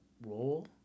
role